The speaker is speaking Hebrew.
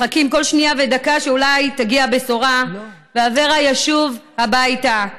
מחכים כל שנייה ודקה שאולי תגיע הבשורה ואברה ישוב הביתה.